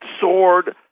soared